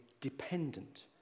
dependent